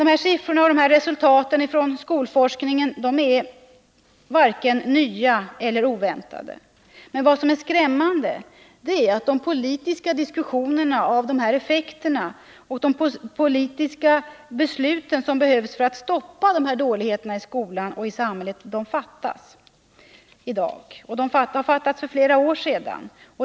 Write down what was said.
De här siffrorna och resultaten från skolforskningen är emellertid varken nya eller oväntade. Men vad som är skrämmande är att de politiska diskussionerna om dessa effekter och de politiska beslut som behövs för att stoppa den här dåliga utvecklingen i skolan och i samhället saknas sedan flera år.